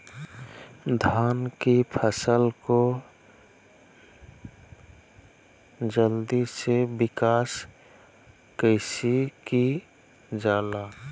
धान की फसलें को जल्दी से विकास कैसी कि जाला?